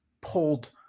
pulled